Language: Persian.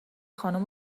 خانم